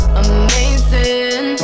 amazing